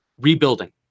rebuilding